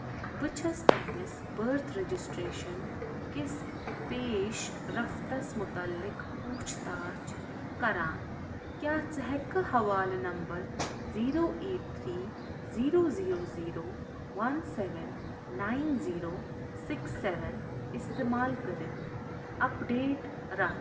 بہٕ چھَس پنٕنس بٲرٕتھ رجسٹریشن کس پیش رفتس مُتعلق پوچھ تاچھ کران کیاہ ژٕ ہیٚکہٕ حوالہٕ number zero eight three zero zero zero one seven nine zero six seven استعمال کٔرتھ اپڈیٹ رتھ